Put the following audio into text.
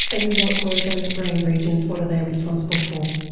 and what were those brain regions? what are they responsible for?